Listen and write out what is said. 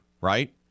right